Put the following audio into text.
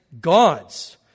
gods